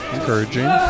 Encouraging